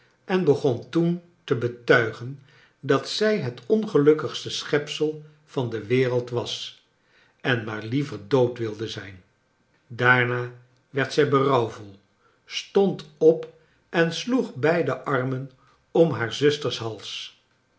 en begon toen te betuigen dat zij het ongelukkigste schepsel van de wereld was en maar liever dood wilde zijn daarna werd zij berouwvol stond op en sloeg beide armen om haar zusters hals